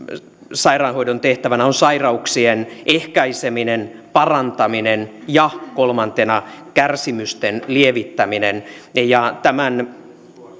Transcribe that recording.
sairaanhoidon tehtävänä on sairauksien ehkäiseminen parantaminen ja kolmantena kärsimysten lievittäminen tämän